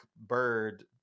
bird